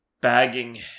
bagging